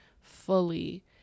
fully